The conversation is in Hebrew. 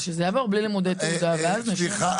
שזה יעבור בלי לימודי תעודה ואז -- סליחה,